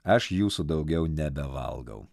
aš jūsų daugiau nebevalgau